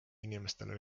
inimestele